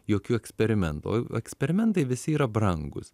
jokių eksperimentų eksperimentai visi yra brangūs